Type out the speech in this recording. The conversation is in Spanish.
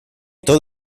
todo